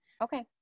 okay